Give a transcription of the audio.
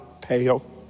pale